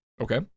Okay